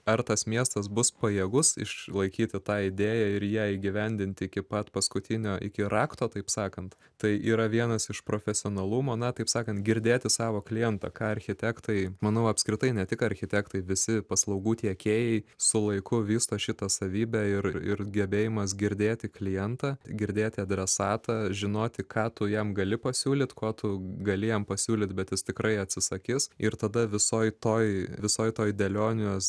ar tas miestas bus pajėgus išlaikyti tą idėją ir ją įgyvendinti iki pat paskutinio iki rakto taip sakant tai yra vienas iš profesionalumo na taip sakant girdėti savo klientą ką architektai manau apskritai ne tik architektai visi paslaugų tiekėjai su laiku vysto šitą savybę ir ir gebėjimas girdėti klientą girdėti adresatą žinoti ką tu jam gali pasiūlyt ko tu gali jam pasiūlyt bet jis tikrai atsisakys ir tada visoj toj visoj toj dėlionės